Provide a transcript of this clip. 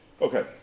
Okay